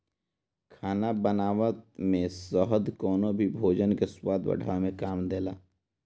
खाना बनावत में शहद कवनो भी भोजन के स्वाद बढ़ावे में काम देला